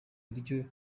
buryo